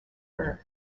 her